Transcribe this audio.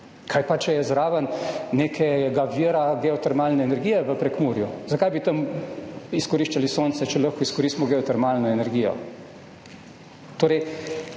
Kaj pa, če je zraven nekega vira geotermalne energije v Prekmurju? Zakaj bi tam izkoriščali sonce, če lahko izkoristimo geotermalno energijo?